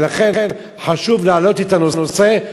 ולכן חשוב להעלות את הנושא,